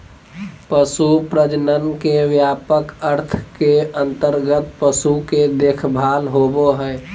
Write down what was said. पशु प्रजनन के व्यापक अर्थ के अंतर्गत पशु के देखभाल होबो हइ